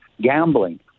gambling